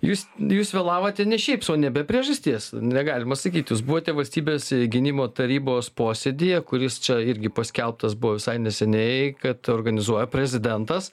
jūs jūs vėlavote ne šiaip sau ne be priežasties negalima sakyti jūs buvote valstybės gynimo tarybos posėdyje kuris čia irgi paskelbtas buvo visai neseniai kad organizuoja prezidentas